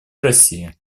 россия